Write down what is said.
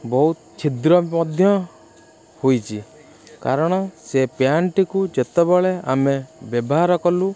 ବହୁତ ଛିଦ୍ର ମଧ୍ୟ ହୋଇଛି କାରଣ ସେ ପ୍ୟାଣ୍ଟ୍ଟିକୁ ଯେତେବେଳେ ଆମେ ବ୍ୟବହାର କଲୁ